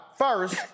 First